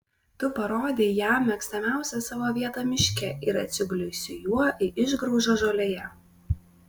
tu parodei jam mėgstamiausią savo vietą miške ir atsigulei su juo į išgraužą žolėje